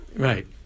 Right